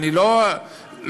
אני לא מצויד,